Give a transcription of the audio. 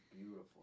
beautiful